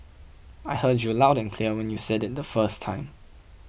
I heard you loud and clear when you said it the first time